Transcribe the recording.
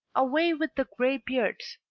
away with the gray-beards,